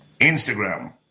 Instagram